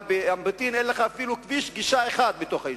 אבל באום-בטין אין לך אפילו כביש גישה אחד בתוך היישוב.